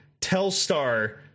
Telstar